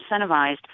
incentivized